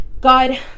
God